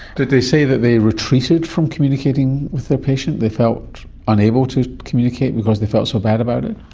did they say that they retreated from communicating with their patient, they felt unable to communicate because they felt so bad about it?